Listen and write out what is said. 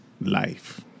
life